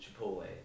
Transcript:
Chipotle